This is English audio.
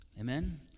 Amen